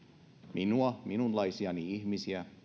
minua minunlaisiani ihmisiä